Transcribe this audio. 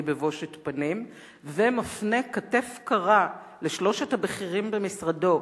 בבושת פנים ומפנה כתף קרה לשלושת הבכירים במשרדו,